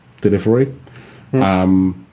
delivery